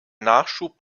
nachschub